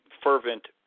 fervent